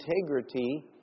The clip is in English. integrity